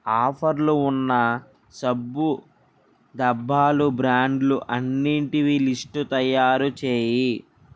ఆఫర్లు ఉన్న సబ్బు డబ్బాలు బ్రాండ్లు అన్నిటివి లిస్టు తయారు చేయి